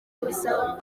kuza